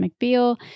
McBeal